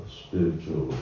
spiritual